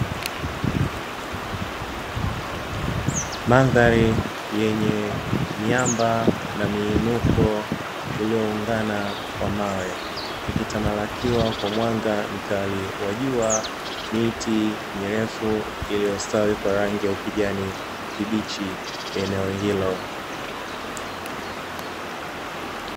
Mandhari yenye miamba na miinuko iliyoungana kwa mawe, ikitamalakiwa kwa mwanga mkali wa jua, miti mirefu, iliyostawi kwa rangi ya ukijani kibichi ya eneo hilo.